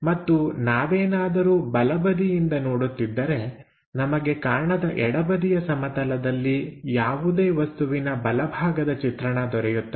ಮತ್ತು ನಾವೇನಾದರೂ ಬಲಬದಿಯಿಂದ ನೋಡುತ್ತಿದ್ದರೆ ನಮಗೆ ಕಾಣದ ಎಡಬದಿಯ ಸಮತಲದಲ್ಲಿ ಯಾವುದೇ ವಸ್ತುವಿನ ಬಲಭಾಗದ ಚಿತ್ರಣ ದೊರೆಯುತ್ತದೆ